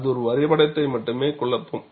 அது வரைபடத்தை மட்டுமே குழப்பும்